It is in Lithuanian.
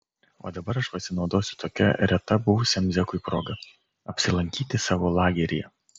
o dabar aš pasinaudosiu tokia reta buvusiam zekui proga apsilankyti savo lageryje